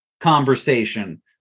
conversation